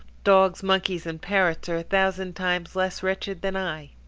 dogs, monkeys, and parrots are a thousand times less wretched than i.